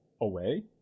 away